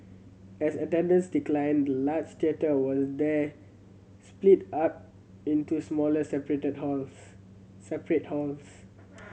as attendance declined the large theatre was then split up into smaller separate halls